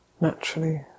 naturally